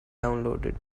downloaded